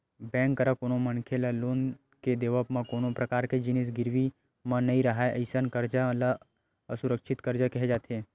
bank करा कोनो मनखे ल लोन के देवब म कोनो परकार के जिनिस गिरवी म नइ राहय अइसन करजा ल असुरक्छित करजा केहे जाथे